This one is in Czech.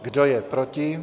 Kdo je proti?